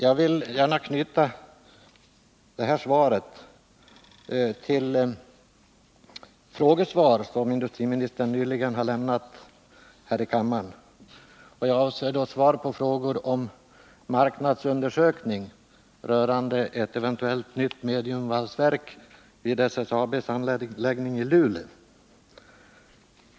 Jag vill gärna knyta det här svaret till frågesvar som industriministern nyligen lämnade här i kammaren och avser då svar på frågor om marknadsundersökning rörande ett eventuellt nytt mediumvalsverk vid SSAB:s anläggning i Luleå.